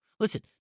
Listen